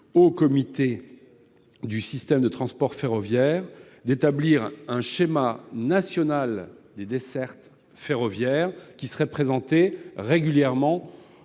Haut Comité du système de transport ferroviaire d'établir un schéma national des dessertes ferroviaires qui serait présenté régulièrement